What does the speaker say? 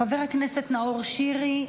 חבר הכנסת נאור שירי,